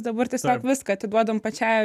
dabar tiesiog viską atiduodam pačiai